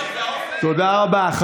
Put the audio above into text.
ממשלה של כוחות החושך והאופל, תודה רבה.